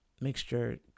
mixture